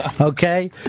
Okay